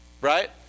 Right